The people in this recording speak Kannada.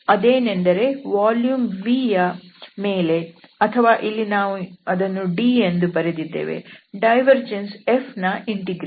ಅದೇನೆಂದರೆ ವಾಲ್ಯೂಮ್ V ಯ ಮೇಲೆ ಅಥವಾ ಇಲ್ಲಿ ನಾವು ಅದನ್ನು D ಎಂದು ಬರೆದಿದ್ದೇವೆ ಡೈವರ್ಜೆನ್ಸ್ Fನ ಇಂಟಿಗ್ರೇಷನ್